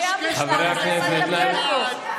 במקום לקשקש פה עם עצמך לבד, לכי תטפלי בכלכלה.